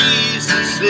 Jesus